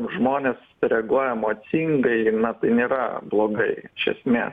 žmonės reaguoja emocingai na tai nėra blogai čia esmės